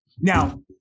now